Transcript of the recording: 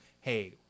hey